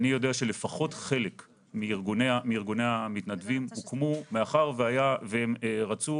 אני יודע שלפחות חלק מארגוני המתנדבים הוקמו מאחר שהם רצו